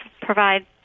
provide –